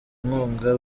inkunga